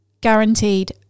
guaranteed